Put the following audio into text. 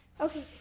Okay